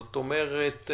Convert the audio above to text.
זאת אומרת,